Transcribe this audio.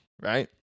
right